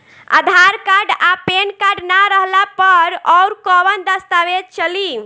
आधार card आ PAN card ना रहला पर अउरकवन दस्तावेज चली?